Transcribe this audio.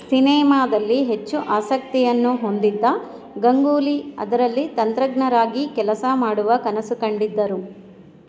ಸಿನೆಮಾದಲ್ಲಿ ಹೆಚ್ಚು ಆಸಕ್ತಿಯನ್ನು ಹೊಂದಿದ್ದ ಗಂಗೂಲಿ ಅದರಲ್ಲಿ ತಂತ್ರಜ್ಞರಾಗಿ ಕೆಲಸ ಮಾಡುವ ಕನಸು ಕಂಡಿದ್ದರು